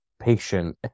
patient